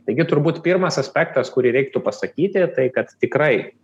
taigi turbūt pirmas aspektas kurį reiktų pasakyti tai kad tikrai